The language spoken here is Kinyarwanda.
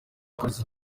polisi